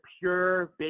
pure